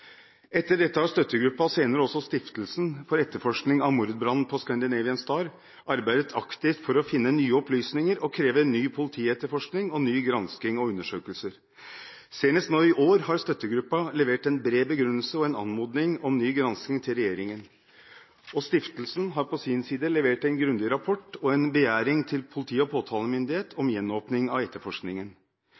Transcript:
Etter dette har støttegruppen og senere også stiftelsen for etterforskning av mordbrannen på «Scandinavian Star» arbeidet aktivt for å finne nye opplysninger og kreve en ny politietterforskning, ny gransking og nye undersøkelser. Senest nå i år har støttegruppen levert en bred begrunnelse og en anmodning om ny gransking til regjeringen, og stiftelsen har på sin side levert en grundig rapport og en begjæring til politi- og påtalemyndighet om gjenåpning av etterforskningen.